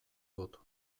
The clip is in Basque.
dut